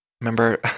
Remember